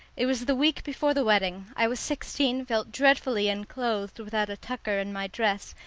it was the week before the wedding. i was sixteen, felt dreadfully unclothed without a tucker in my dress,